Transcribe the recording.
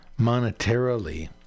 monetarily